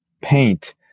paint